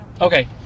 Okay